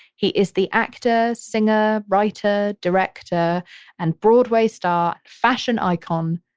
he is the actor, singer, writer, director and broadway star, fashion icon,